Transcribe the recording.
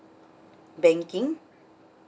banking